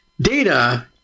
data